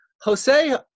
Jose